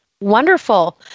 Wonderful